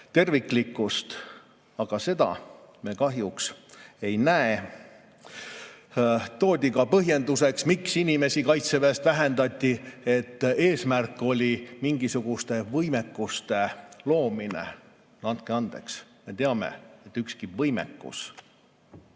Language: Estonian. terviklikkust. Aga seda me kahjuks ei näe. Toodi ka põhjenduseks, miks inimesi kaitseväest [ära saadeti], et eesmärk oli mingisuguste võimekuste loomine. Andke andeks, me teame, et ükski võimekus